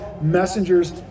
messengers